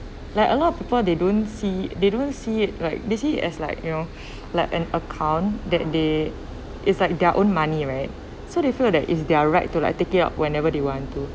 like a lot of people they don't see they don't see it like they see as like you know like an account that they it's like their own money right so they feel that it's their right to like take it out whenever they want to